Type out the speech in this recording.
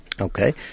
Okay